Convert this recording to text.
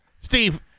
Steve